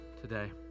today